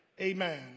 Amen